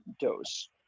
dose